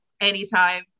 anytime